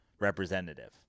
representative